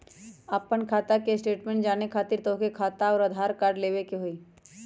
आपन खाता के स्टेटमेंट जाने खातिर तोहके खाता अऊर आधार कार्ड लबे के होइ?